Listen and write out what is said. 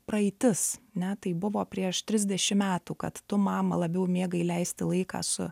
praeitis ne tai buvo prieš trisdešim metų kad tu mama labiau mėgai leisti laiką su